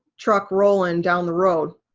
truck rollin' down the road?